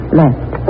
left